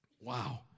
Wow